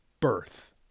birth